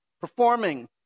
performing